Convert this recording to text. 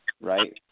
right